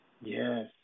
Yes